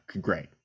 Great